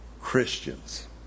Christians